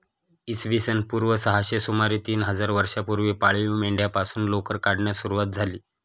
इसवी सन पूर्व सहाशे सुमारे तीन हजार वर्षांपूर्वी पाळीव मेंढ्यांपासून लोकर काढण्यास सुरवात झाली